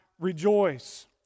rejoice